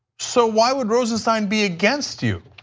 so why would rosenstein be against you?